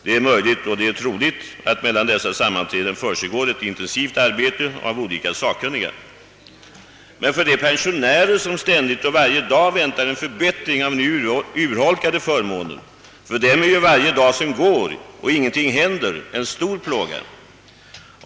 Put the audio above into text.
Det är möjligt och troligt att mellan dess sammanträden försiggår ett intensivt arbete av olika sakkunniga. Men för de pensionärer, som ständigt och varje dag väntar en förbättring av nu urholkade förmåner, är varje dag som går och ingenting händer en stor plåga.